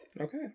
Okay